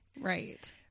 Right